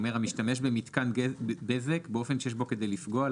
הוא אומר "המשתמש במתקן בזק באופן שיש בו כדי לפגוע,